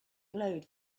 glowed